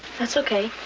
that's okay.